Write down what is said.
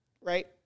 right